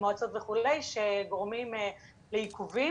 במועצות וכו' שגורמים לעיכובים,